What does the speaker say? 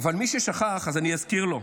אבל מי ששכח, אז אני אזכיר לו: